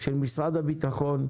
של משרד הבטחון,